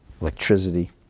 electricity